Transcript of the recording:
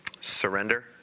surrender